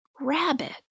Rabbit